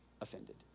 offended